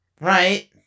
Right